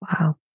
Wow